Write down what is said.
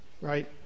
right